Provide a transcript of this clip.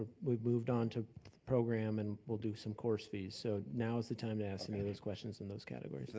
we've moved on to program and we'll do some course fees. so now's the time to ask any of those questions in those categories.